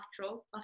natural